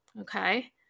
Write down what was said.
Okay